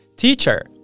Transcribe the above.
Teacher